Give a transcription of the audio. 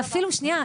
שנייה,